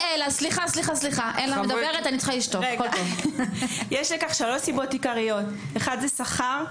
יש לכך שלוש סיבות עיקריות: א' שכר,